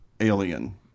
Alien